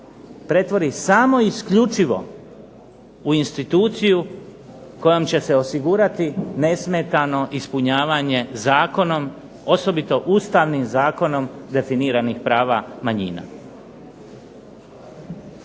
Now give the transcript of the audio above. pretvori samo i isključivo u instituciju kojom će osigurati nesmetano ispunjavanje zakonom osobito Ustavnim zakonom definiranih prava manjina.